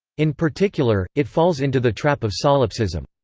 in particular, it falls into the trap of solipsism.